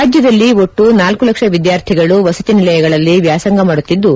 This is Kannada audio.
ರಾಜ್ಯದಲ್ಲಿ ಒಟ್ಟು ಳ ಲಕ್ಷ ವಿದ್ಯಾರ್ಥಿಗಳು ವಸತಿ ನಿಲಯಗಳಲ್ಲಿ ವ್ಯಾಸಂಗ ಮಾಡುತ್ತಿದ್ದು